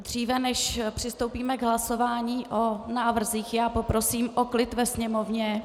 Dříve než přistoupíme k hlasování o návrzích, poprosím o klid ve sněmovně.